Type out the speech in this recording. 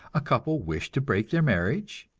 a couple wish to break their marriage,